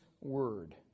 word